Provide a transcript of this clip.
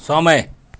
समय